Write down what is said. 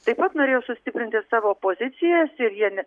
taip pat norėjo sustiprinti savo pozicijas ir jie ne